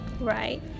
right